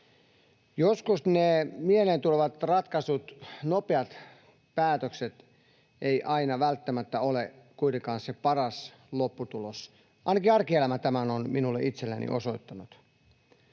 Joskus ne mieleen tulevat ratkaisut, nopeat päätökset, eivät aina välttämättä ole kuitenkaan se paras lopputulos — ainakin arkielämä tämän on minulle itselleni osoittanut.